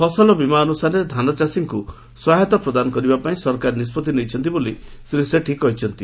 ଫସଲ ବୀମା ଅନୁସାରେ ଧାନ ଚାଷୀଙ୍ଙ୍ ସହାୟତା ପ୍ରଦାନ କରିବା ପାଇଁ ସରକାର ନିଷ୍ବଉି ନେଇଛନ୍ତି ବୋଲି ଶ୍ରୀ ସେଠୀ କହିଛନ୍ତି